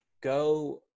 go